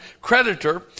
creditor